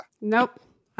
nope